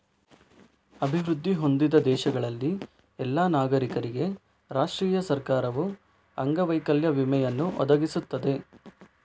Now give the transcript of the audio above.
ಅಭಿವೃದ್ಧಿ ಹೊಂದಿದ ದೇಶಗಳಲ್ಲಿ ಎಲ್ಲಾ ನಾಗರಿಕರಿಗೆ ರಾಷ್ಟ್ರೀಯ ಸರ್ಕಾರವು ಅಂಗವೈಕಲ್ಯ ವಿಮೆಯನ್ನು ಒದಗಿಸುತ್ತದೆ